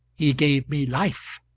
he gave me life,